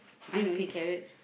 mine only carrots